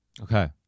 Okay